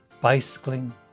bicycling